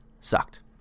sucked